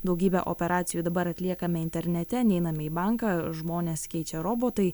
daugybę operacijų dabar atliekame internete neiname į banką žmones keičia robotai